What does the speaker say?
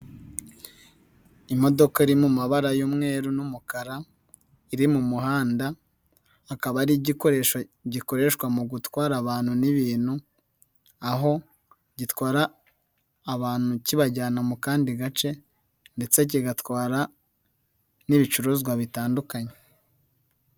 Imodoka iri mu mabara y'umweru n'umukara iri mu muhanda, akaba ari igikoresho gikoreshwa mu gutwara abantu n'ibintu, aho gitwara abantu kibajyana mu kandi gace ndetse kigatwara n'ibicuruzwa bitandukanye.